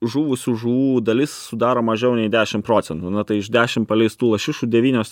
žuvusių žuvų dalis sudaro mažiau nei dešim procentų na tai iš dešim paleistų lašišų devynios